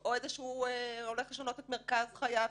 או הולך לשנות את מרכז חייו,